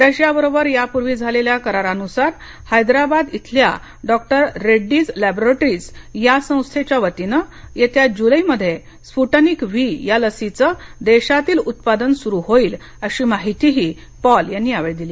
Russia बरोबर यापूवी झालेल्या करारानुसार हैदराबाद इथल्या डॉ रेड्डीज लॅब्रोटरीज या संस्थेच्या वतीने येत्या जुलै मध्ये स्फुटनिक व्ही या लसीच देशातील उत्पादन सुरू होईल अशी माहिती ही पॉल यांनी यावेळी दिली